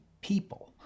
people